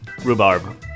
Rhubarb